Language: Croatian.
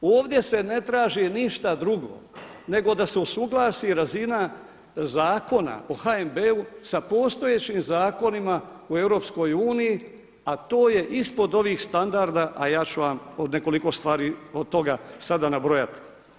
Ovdje se ne traži ništa drugo nego da se usuglasi razina Zakona o HNB-u sa postojećim zakonima u EU a to je ispod ovih standarda a ja ću vam od nekoliko stvari od toga sada nabrojati.